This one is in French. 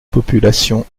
population